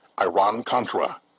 Iran-Contra